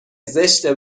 زشته